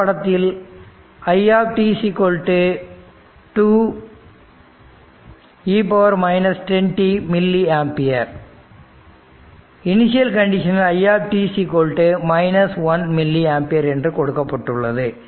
இந்தப்படத்தில் i 2 e 10t milliampere initial கண்டிஷனில் i 1மில்லிஆம்பியர்என்றுகொடுக்கப்பட்டுள்ளது